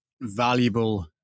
valuable